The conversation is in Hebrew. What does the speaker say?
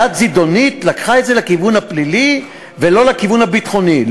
יד זדונית לקחה את זה לכיוון הפלילי ולא לכיוון הביטחוני.